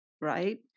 right